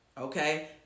Okay